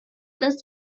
class